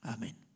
Amen